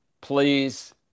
please